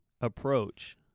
approach